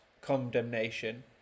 condemnation